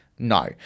No